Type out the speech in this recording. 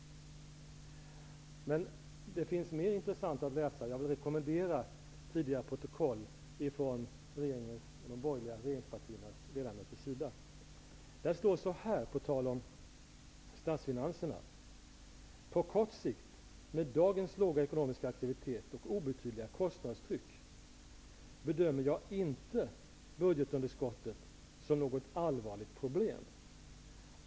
Det finns mer intressant att läsa. Jag rekommenderar de borgerliga partiernas regeringsledamöter att läsa tidigare protokoll. På tal om statsfinanserna står följande: ''På kort sikt -- med dagens låga ekonomiska aktivitet och obetydliga kostnadstryck -- bedömer jag inte budgetunderskottet som något allvarligt problem.